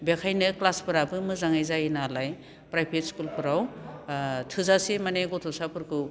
बेखायनो क्लासफोराबो मोजाङै जायो नालाय प्राइभेट स्कुलफोराव थोजासे माने गथ'साफोरखौ